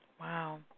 Wow